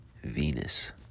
Venus